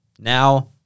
Now